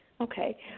Okay